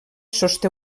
sosté